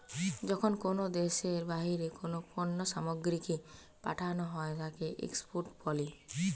যখন কোনো দ্যাশের বাহিরে কোনো পণ্য সামগ্রীকে পাঠানো হই তাকে এক্সপোর্ট বলে